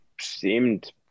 seemed